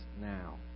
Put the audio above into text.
now